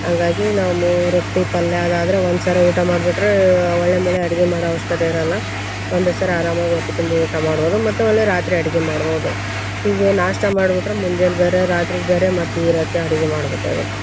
ಹಂಗಾಗಿ ನಾವು ಮೂ ರೊಟ್ಟಿ ಪಲ್ಯದ್ದಾದ್ರೆ ಒಂದು ಸರೆ ಊಟ ಮಾಡಿಬಿಟ್ರೆ ಹೊಳ್ಳಿ ಮುಳ್ಳಿ ಅಡುಗೆ ಮಾಡೋ ಅವಶ್ಯಕತೆ ಇರೋಲ್ಲ ಒಂದೇ ಸರೆ ಆರಾಮಾಗಿ ಹೊಟ್ಟಿ ತುಂಬ ಊಟ ಮಾಡ್ಬೋದು ಮತ್ತು ಹೊಳ್ಳಿ ರಾತ್ರಿ ಅಡ್ಗೆ ಮಾಡ್ಬೋದು ಈಗ ನಾಷ್ಟ ಮಾಡಿಬಿಟ್ರೆ ಮುಂಜಾನೆ ಬೇರೆ ರಾತ್ರಿಗೆ ಬೇರೆ ಮತ್ತು ಈರತೆ ಅಡ್ಗೆ ಮಾಡಬೇಕಾಗತ್ತೆ